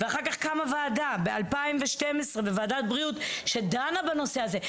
ואחר כך קמה ועדה ב-2012 שדנה בנושא הזה.